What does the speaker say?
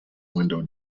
window